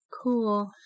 Cool